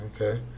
Okay